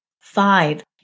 Five